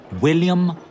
William